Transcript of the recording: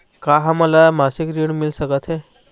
का हमन ला मासिक ऋण मिल सकथे?